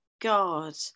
God